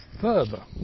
further